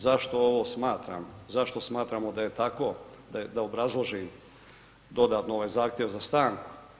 Zašto ovo smatram zašto smatramo da je tako, da obrazložim dodatno ovaj zahtjev za stanku.